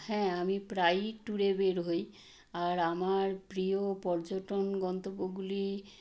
হ্যাঁ আমি প্রায়ই ট্যুরে বের হই আর আমার প্রিয় পর্যটন গন্তব্যগুলি